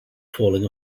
falling